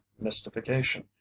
mystification